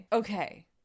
Okay